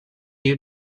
you